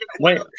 Wait